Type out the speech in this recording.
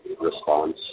response